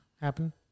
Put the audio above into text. happen